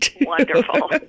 wonderful